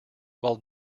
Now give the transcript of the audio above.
while